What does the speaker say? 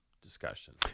discussion